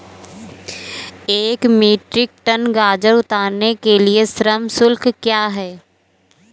एक metric ton गाजर उतारने के लिए श्रम शुल्क क्या है?